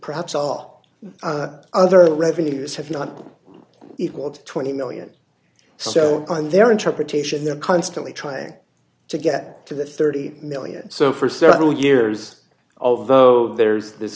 perhaps all other revenues have not been equal to twenty million so on their interpretation they're constantly trying to get to the thirty million so for several years although there's this